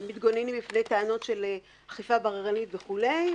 מתגוננים מפני טענות של אכיפה בררנית וכולי.